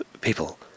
people